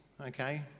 okay